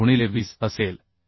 5गुणिले 20 असेल